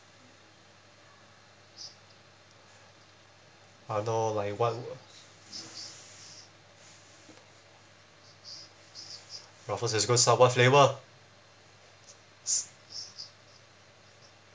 I know like what ruffles has good sour flavour